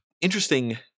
interesting